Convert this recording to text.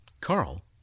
Carl